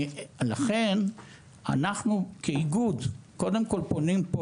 לכן אנחנו כאיגוד קודם כל פונים פה